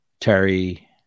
Terry